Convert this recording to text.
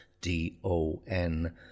d-o-n